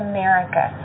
America